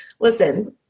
Listen